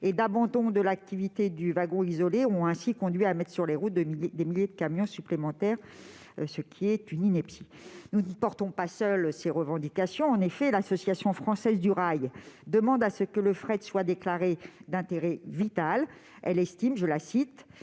et d'abandon de l'activité du wagon isolé ont conduit à mettre sur les routes des milliers de camions supplémentaires, ce qui est une ineptie. Nous ne sommes pas seuls à porter ces revendications. Ainsi, l'Association française du rail demande que le fret soit déclaré d'intérêt vital ; elle estime que,